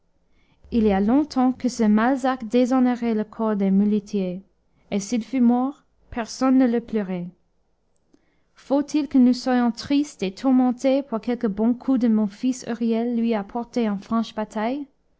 il y a longtemps que ce malzac déshonorait le corps des muletiers et s'il fût mort personne ne l'eût pleuré faut-il que nous soyons tristes et tourmentés pour quelques bons coups que mon fils huriel lui a portés en franche bataille